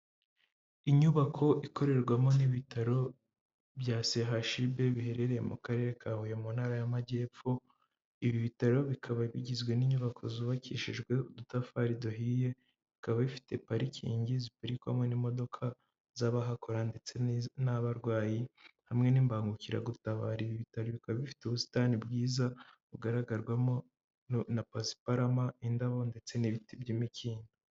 Inyubako ikorerwamo n'ibitaro bya CHUB biherereye mu karere ka Huye mu ntara y'Amajyepfo, ibi bitaro bikaba bigizwe n'inyubako zubakishijwe udutafari duhiye bikaba bifite parikingi ziparikwamo n'imodoka z'abahakora ndetse n'abarwayi hamwe n'imbangukiragutabara, ibi bitaro bikaba bifite ubusitani bwiza bugaragarwamo na pasiparama, indabo ndetse n'ibiti by'imikindo.